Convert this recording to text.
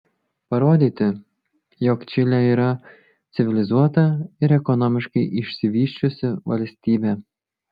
parodyti jog čilė yra civilizuota ir ekonomiškai išsivysčiusi valstybė